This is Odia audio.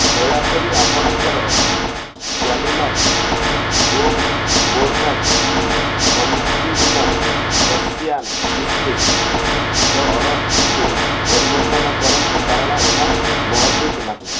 ଦୟାକରି ଆପଣଙ୍କର କ୍ଵାଲିନଟ୍ ଗୋର୍ମେଟ୍ ମଞ୍ଜିହୀନ ପର୍ସିୟାନ କିସମିସ୍ର ଅର୍ଡ଼ର୍ଟିକୁ ପରିବର୍ତ୍ତନ କରନ୍ତୁ କାରଣ ଏହା ମହଜୁଦ ନାହିଁ